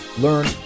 Learn